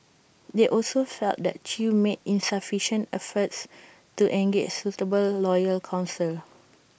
they also felt that chew made insufficient efforts to engage suitable local counsel